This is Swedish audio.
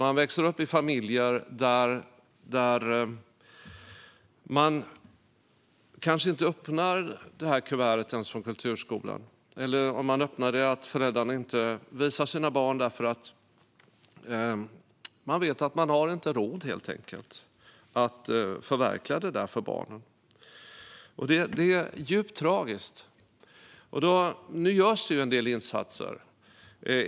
De växer upp i familjer där man kanske inte ens öppnar kuvertet från kulturskolan, eller där föräldrarna om de öppnar det inte visar det för sina barn därför att de vet att de helt enkelt inte har råd att förverkliga detta för barnen. Det är djupt tragiskt. Nu görs det en del insatser.